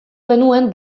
genuen